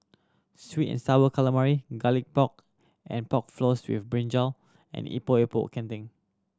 sweet and Sour Calamari Garlic Pork and Pork Floss with brinjal and Epok Epok Kentang